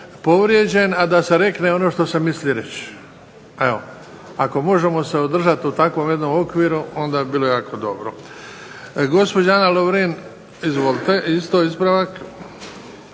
povrijeđen, a da se rekne ono što se misli reći. Evo, ako možemo se održati u takvom jednom okviru onda bi bilo jako dobro. Gospođa Ana Lovrin, izvolite. Isto ispravak.